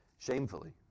Shamefully